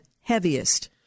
heaviest